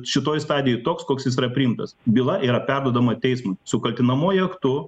šitoj stadijoj toks koks jis yra priimtas byla yra perduodama teismui su kaltinamuoju aktu